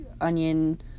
onion